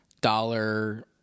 dollar